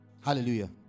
hallelujah